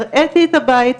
הראיתי את הבית,